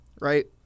Right